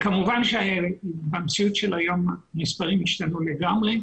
כמובן שבמציאות של היום המספרים השתנו לגמרי.